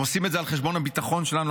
הם עושים את זה על חשבון הביטחון שלנו,